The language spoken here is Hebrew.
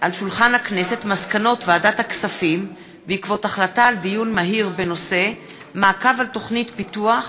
מסקנות ועדת הכספים בעקבות דיון מהיר בהצעה של